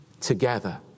together